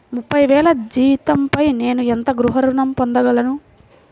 ముప్పై వేల జీతంపై నేను ఎంత గృహ ఋణం పొందగలను?